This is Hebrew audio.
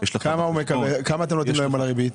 כמה אתם נותנים לו על הפיקדון?